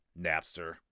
Napster